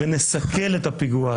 תודה.